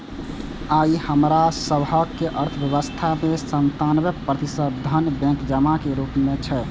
आइ हमरा सभक अर्थव्यवस्था मे सत्तानबे प्रतिशत धन बैंक जमा के रूप मे छै